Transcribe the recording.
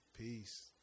Peace